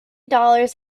dollars